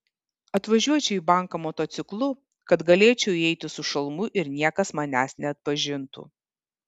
atvažiuočiau į banką motociklu kad galėčiau įeiti su šalmu ir niekas manęs neatpažintų